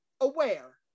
aware